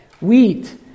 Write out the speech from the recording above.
wheat